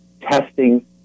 testing